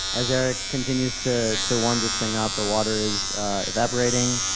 as eric continues to to warm this thing up, the water is evaporating.